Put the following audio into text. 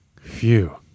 Phew